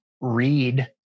read